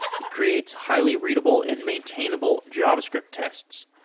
it creates highly readable and maintainable javascript tests.